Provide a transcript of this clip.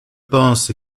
pense